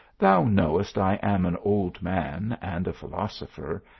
thou knowest i am an old man, and a philosopher,